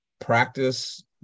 practice